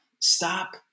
stop